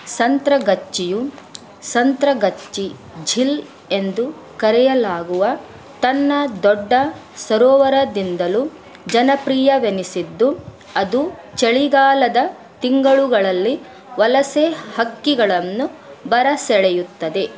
ಸಂತ್ರಗಚ್ಚಿಯು ಸಂತ್ರಗಚ್ಚಿ ಝೀಲ್ ಎಂದು ಕರೆಯಲಾಗುವ ತನ್ನ ದೊಡ್ಡ ಸರೋವರದಿಂದಲೂ ಜನಪ್ರೀಯವೆನಿಸಿದ್ದು ಅದು ಚಳಿಗಾಲದ ತಿಂಗಳುಗಳಲ್ಲಿ ವಲಸೆ ಹಕ್ಕಿಗಳನ್ನ ಬರಸೆಳೆಯುತ್ತದೆ